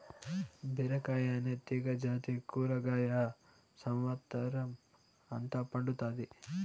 బీరకాయ అనే తీగ జాతి కూరగాయ సమత్సరం అంత పండుతాది